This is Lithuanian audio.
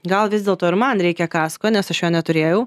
gal vis dėlto ir man reikia kasko nes aš jo neturėjau